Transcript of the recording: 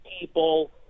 people